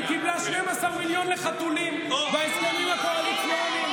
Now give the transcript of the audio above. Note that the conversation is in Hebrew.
היא קיבלה 12 מיליון לחתולים בהסכמים הקואליציוניים.